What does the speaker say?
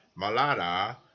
Malada